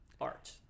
art